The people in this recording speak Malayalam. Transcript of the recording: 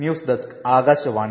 news desk Akashvani